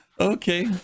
Okay